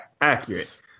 accurate